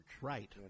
Right